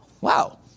Wow